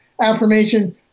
affirmation